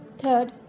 Third